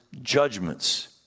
judgments